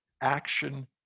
action